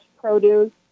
produce